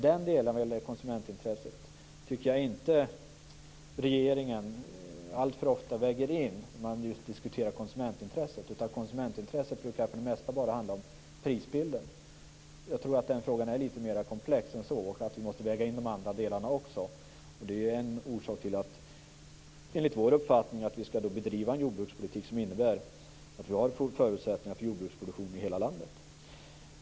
Den delen av konsumentintresset tycker jag dock inte att regeringen alltför ofta väger in när man diskuterar detta. Konsumentintresset brukar för det mesta bara handla om prisbilden. Jag tror att frågan är litet mer komplex än så och att vi måste väga in de andra delarna också. Det är enligt vår uppfattning en orsak till att vi skall bedriva en jordbrukspolitik som innebär att vi har förutsättningar för jordbruksproduktion i hela landet.